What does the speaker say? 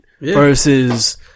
versus